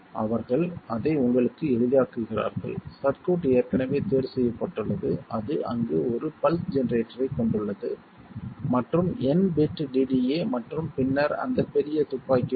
அவர்கள் அதை உங்களுக்கு எளிதாக்குகிறார்கள் சர்க்யூட் ஏற்கனவே தேர்வு செய்யப்பட்டுள்ளது அது அங்கு ஒரு பல்ஸ் ஜெனரேட்டரைக் கொண்டுள்ளது மற்றும் n பிட் DDA மற்றும் பின்னர் அந்த பெரிய துப்பாக்கி உள்ளது